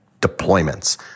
deployments